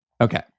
Okay